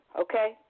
okay